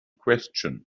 question